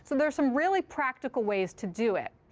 so there are some really practical ways to do it.